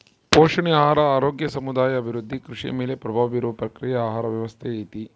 ಪೋಷಣೆ ಆಹಾರ ಆರೋಗ್ಯ ಸಮುದಾಯ ಅಭಿವೃದ್ಧಿ ಕೃಷಿ ಮೇಲೆ ಪ್ರಭಾವ ಬೀರುವ ಪ್ರಕ್ರಿಯೆಯೇ ಆಹಾರ ವ್ಯವಸ್ಥೆ ಐತಿ